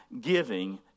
giving